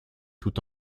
tout